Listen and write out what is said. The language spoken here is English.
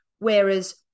Whereas